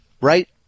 right